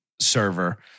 server